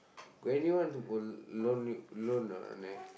got anyone to borrow loan loan not like